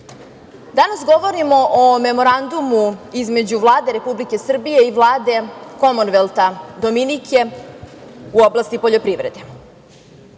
danas govorimo o Memorandumu između Vlade Republike Srbije i Vlade Komonvelta Dominike u oblasti poljoprivrede. Ako